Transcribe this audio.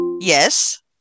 Yes